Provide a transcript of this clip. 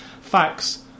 facts